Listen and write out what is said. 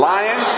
Lion